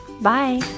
Bye